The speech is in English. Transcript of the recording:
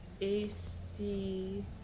AC